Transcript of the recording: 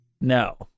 No